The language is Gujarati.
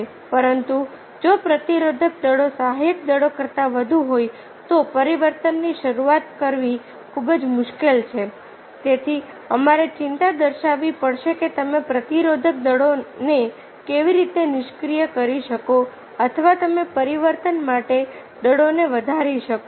પરંતુ જો પ્રતિરોધક દળો સહાયક દળો કરતાં વધુ હોય તો પરિવર્તનની શરૂઆત કરવી ખૂબ જ મુશ્કેલ છે તેથી અમારે ચિંતા દર્શાવવી પડશે કે તમે પ્રતિરોધક દળોને કેવી રીતે નિષ્ક્રિય કરી શકો અથવા તમે પરિવર્તન માટે દળોને વધારી શકો